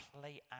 play